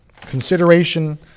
consideration